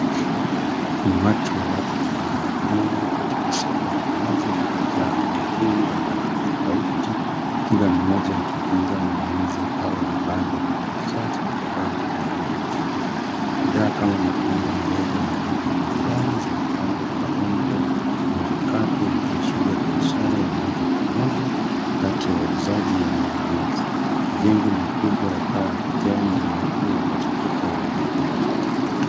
Umati wa watu umeenea katika soko la wazi lililojaa miavuli ya rangi tofauti kila mmoja ikikinga meza au vibanda vya wauzaji kutokana na miale ya jua. Bidhaa kama matunda, mboga na vitu vya nyumbani zimepangwa kwa rundo na vikapu vikiashiria biashara ya moja kwa moja kati ya wauzaji na wanunuzi. Majengo makubwa ya paa ya kijani-nyeupe yanazunguka eneo hili.